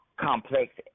complex